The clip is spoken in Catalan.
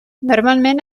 normalment